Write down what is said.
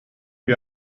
più